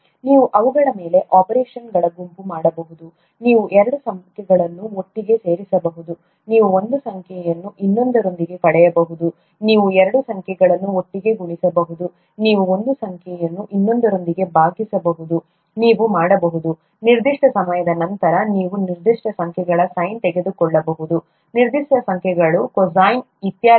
ನೀವು ಅವುಗಳ ಮೇಲೆ ಆಪರೇಷನ್ಗಳ ಗುಂಪನ್ನು ಮಾಡಬಹುದು ನೀವು ಎರಡು ಸಂಖ್ಯೆಗಳನ್ನು ಒಟ್ಟಿಗೆ ಸೇರಿಸಬಹುದು ನೀವು ಒಂದು ಸಂಖ್ಯೆಯನ್ನು ಇನ್ನೊಂದರಿಂದ ಕಳೆಯಬಹುದು ನೀವು ಎರಡು ಸಂಖ್ಯೆಗಳನ್ನು ಒಟ್ಟಿಗೆ ಗುಣಿಸಬಹುದು ನೀವು ಒಂದು ಸಂಖ್ಯೆಯನ್ನು ಇನ್ನೊಂದರಿಂದ ಭಾಗಿಸಬಹುದು ನೀವು ಮಾಡಬಹುದು ನಿರ್ದಿಷ್ಟ ಸಮಯದ ನಂತರ ನೀವು ನಿರ್ದಿಷ್ಟ ಸಂಖ್ಯೆಗಳ ಸೈನ್ ತೆಗೆದುಕೊಳ್ಳಬಹುದು ನಿರ್ದಿಷ್ಟ ಸಂಖ್ಯೆಗಳ ಕೊಸೈನ್ ಇತ್ಯಾದಿ